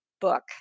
book